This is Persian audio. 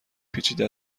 پیچیده